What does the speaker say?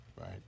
right